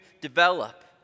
develop